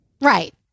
right